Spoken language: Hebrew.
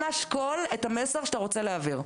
אנא שקול את המסר שאתה רוצה להעביר.